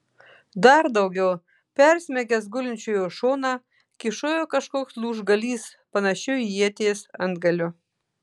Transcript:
dar daugiau persmeigęs gulinčiojo šoną kyšojo kažkoks lūžgalys panašiu į ieties antgaliu